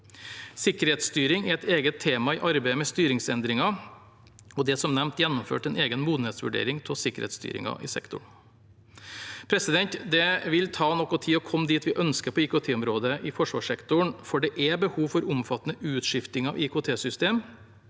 Sikkerhetsstyring er et eget tema i arbeidet med styringsendringer, og det er som nevnt gjennomført en egen modenhetsvurdering av sikkerhetsstyringen i sektoren. Det vil ta noe tid å komme dit vi ønsker på IKT-området i forsvarssektoren, for det er behov for omfattende utskifting av IKT-system,